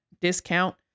discount